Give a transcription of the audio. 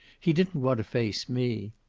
he didn't want to face me.